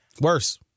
Worse